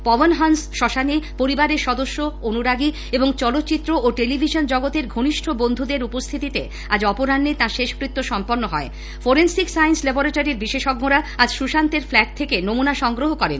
পবনহংস শ্মশানে পরিবারের সদস্য অনুরাগী এবং চলচ্চিত্র ও টেলিভিশন জগতের ঘনিষ্ঠ বন্ধুদের উপস্থিতিতে আজ অপরাহ্নে তাঁর শেষকৃত্য সম্পন্ন হয় ফরেন্সিক সাইন্স ল্যাবরেটারির বিশেষজ্ঞরা আজ সুশান্তের ফ্ল্যাট থেকে নমুনা সংগ্রহ করেন